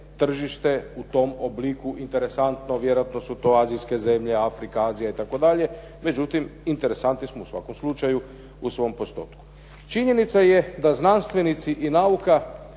tržište u tom obliku interesantno. Vjerojatno su to azijske zemlje, Afrika, Azija itd., međutim interesantni smo u svakom slučaju u svom postotku. Činjenica je da znanstvenici i nauka,